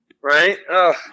Right